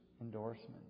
endorsement